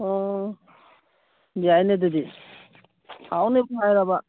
ꯑꯣ ꯌꯥꯏꯅꯦ ꯑꯗꯨꯗꯤ ꯍꯥꯎꯅꯤꯕꯨ ꯍꯥꯏꯔꯕ